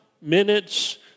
minutes